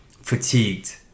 fatigued